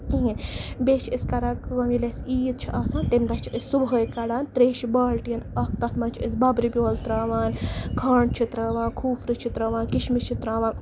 کِہِنۍ بیٚیہِ چھِ أسۍ کران کٲم ییٚلہِ اَسہِ عیٖد چھےٚ آسان تَمہِ دۄہ چھِ أسۍ صبُحٲے کَڈان تریشی بالٹیٖن اکھ تَتھ منٛز چھِ أسۍ بَبرِ بیول تراوان کھنڈ چھِ تراوان کھوٗپرٕ چھِ تراوان کِشمِش چھِ تراوان